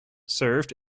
served